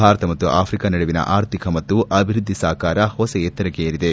ಭಾರತ ಮತ್ತು ಆಫ್ರಿಕಾ ನಡುವಿನ ಆರ್ಥಿಕ ಮತ್ತು ಅಭಿವೃದ್ಧಿ ಸಾಕಾರ ಹೊಸ ಎತ್ತರಕ್ಕೆ ಏರಿದೆ